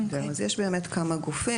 יש באמת כמה גופים,